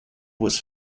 was